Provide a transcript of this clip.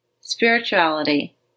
Spirituality